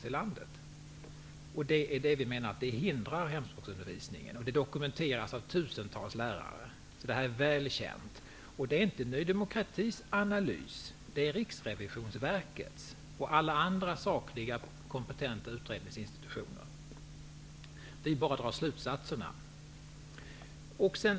Vi anser att hemspråksundervisningen hindrar detta. Detta dokumenteras av tusentals lärare. Detta är alltså väl känt. Det är inte Ny demokratis analys, utan det är Riksrevisionsverkets och alla andra sakliga och kompetenta utredningsinstitutioners analys. Vi drar bara slutsatserna.